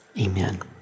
amen